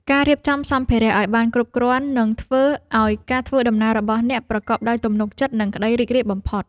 ការរៀបចំសម្ភារៈឱ្យបានគ្រប់គ្រាន់ នឹងធ្វើឱ្យការធ្វើដំណើររបស់អ្នកប្រកបដោយទំនុកចិត្ត និងក្ដីរីករាយបំផុត។